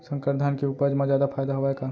संकर धान के उपज मा जादा फायदा हवय का?